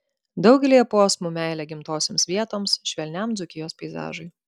daugelyje posmų meilė gimtosioms vietoms švelniam dzūkijos peizažui